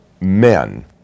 men